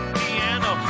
piano